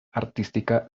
artística